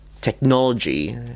technology